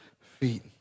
feet